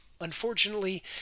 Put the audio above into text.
unfortunately